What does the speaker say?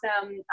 awesome